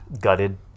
Gutted